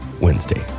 Wednesday